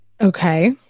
Okay